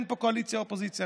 אין פה קואליציה ואופוזיציה,